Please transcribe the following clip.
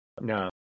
No